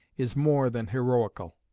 is more than heroical.